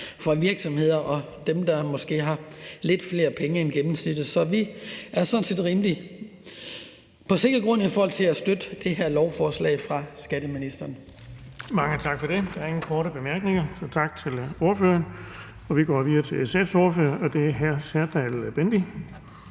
for virksomheder og dem, der måske har lidt flere penge end gennemsnittet. Så vi er sådan set på rimelig sikker grund i forhold til at støtte det her lovforslag fra skatteministeren.